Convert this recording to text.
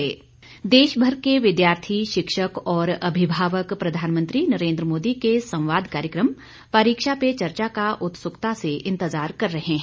परीक्षा पे चर्चा देशभर के विद्यार्थी शिक्षक और अभिभावक प्रधानमंत्री नरेन्द्र मोदी के संवाद कार्यक्रम परीक्षा पे चर्चा का उत्सुकता से इतंज़ार कर रहे हैं